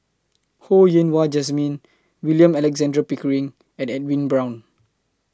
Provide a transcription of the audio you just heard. Ho Yen Wah Jesmine William Alexander Pickering and Edwin Brown